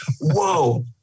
whoa